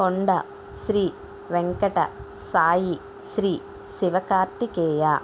కొండ శ్రీ వెంకట సాయి శ్రీ శివకార్తికేయ